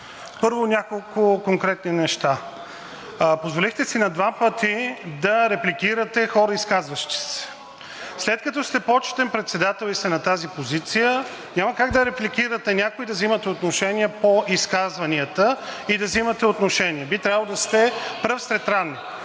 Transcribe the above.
Първо, няколко конкретни неща. Позволихте си на два пъти да репликирате хора, изказващи се. След като сте почетен председател и сте на тази позиция, няма как да репликирате някого, да взимате отношения по изказванията и да взимате отношение. Би трябвало да сте пръв сред равни.